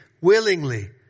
willingly